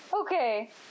Okay